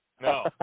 no